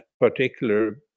particular